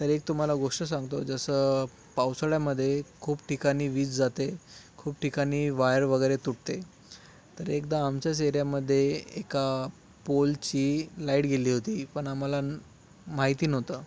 तरी एक तुम्हाला गोष्ट सांगतो जसं पावसाळ्यामध्ये खूप ठिकाणी वीज जाते खूप ठिकाणी वायर वगैरे तुटते तर एकदा आमच्याच एरियामध्ये एका पोलची लाइट गेली होती पण आम्हाला माहिती नव्हतं